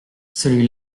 celui